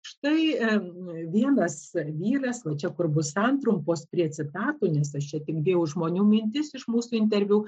štai vienas vyras va čia kur bus santrumpos prie citatų nes aš čia tik dėjau žmonių mintis iš mūsų interviu